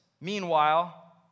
Meanwhile